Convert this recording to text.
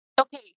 Okay